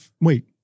wait